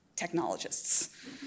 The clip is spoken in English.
technologists